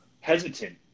hesitant